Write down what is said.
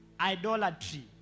idolatry